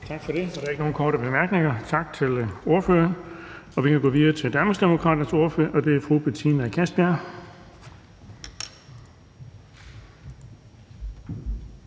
tak for det. Der er ikke nogen korte bemærkninger. Tak til ordføreren. Vi kan gå videre til Radikale Venstres ordfører, og det er fru Zenia Stampe.